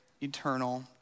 eternal